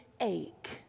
ache